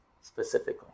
specifically